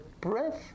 breath